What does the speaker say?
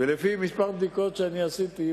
ולפי כמה בדיקות שעשיתי,